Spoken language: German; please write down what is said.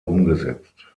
umgesetzt